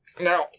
Now